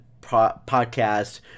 podcast